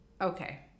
Okay